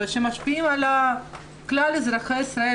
שמשפיעים על כלל אזרחי ישראל,